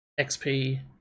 XP